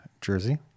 Jersey